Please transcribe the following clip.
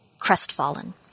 Crestfallen